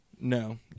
no